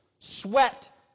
Sweat